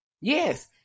Yes